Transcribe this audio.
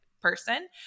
person